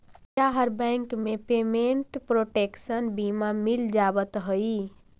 क्या हर बैंक में पेमेंट प्रोटेक्शन बीमा मिल जावत हई